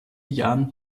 jahren